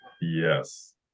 Yes